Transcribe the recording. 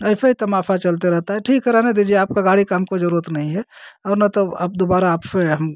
ऐसे ही तमाशा चलते रहता है ठीक है रहने दीजिए आपका गाड़ी का हमको जरूरत नहीं है और न तो अब दोबारा आप से हम